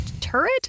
turret